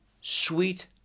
sweet